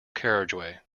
carriageway